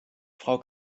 frau